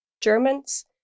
Germans